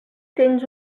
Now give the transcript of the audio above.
tens